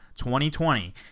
2020